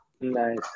nice